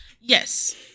Yes